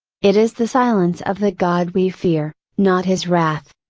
it is the silence of the god we fear, not his wrath.